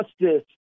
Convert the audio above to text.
Justice